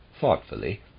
thoughtfully